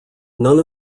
none